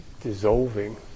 dissolving